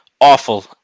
awful